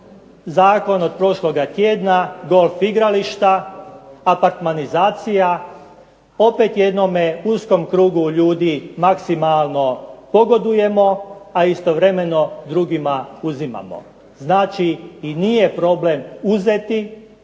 zakon od prošloga tjedna golf igrališta, apartmanizacija. Opet jednome uskom krugu ljudi maksimalno pogodujemo, a istovremeno drugima uzimamo. Znači i nije problem uzeti,